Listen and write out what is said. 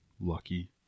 Lucky